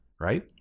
Right